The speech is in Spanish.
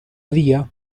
día